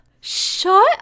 Shut